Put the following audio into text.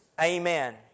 amen